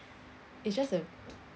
it's just a